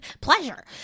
Pleasure